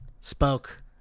spoke